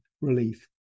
relief